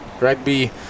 rugby